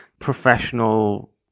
professional